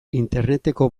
interneteko